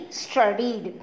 studied